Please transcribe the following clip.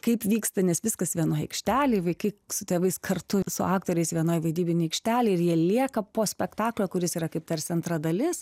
kaip vyksta nes viskas vienoj aikštelėj vaikai su tėvais kartu su aktoriais vienoj vaidybinėj aikštelėj ir jie lieka po spektaklio kuris yra kaip tarsi antra dalis